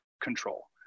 control